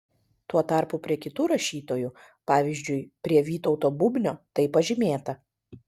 tuo tarpu prie kitų rašytojų pavyzdžiui prie vytauto bubnio tai pažymėta